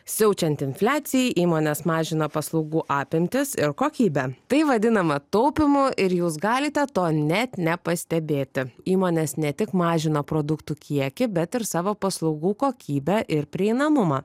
siaučiant infliacijai įmonės mažina paslaugų apimtis ir kokybę tai vadinama taupymu ir jūs galite to net nepastebėti įmonės ne tik mažina produktų kiekį bet ir savo paslaugų kokybę ir prieinamumą